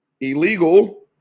illegal